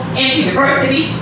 anti-diversity